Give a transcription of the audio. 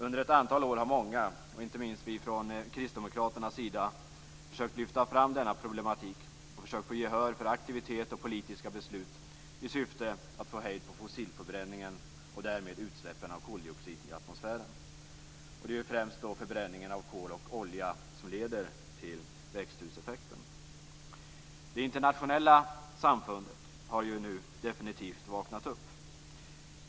Under ett antal år har många, och inte minst vi från Kristdemokraternas sida, försökt lyfta fram denna problematik och försökt få gehör för aktivitet och politiska beslut i syfte att få hejd på fossilförbränningen och därmed utsläppen av koldioxid i atmosfären. Det är då främst förbränningen av kol och olja som leder till växthuseffekten. Det internationella samfundet har nu definitivt vaknat upp.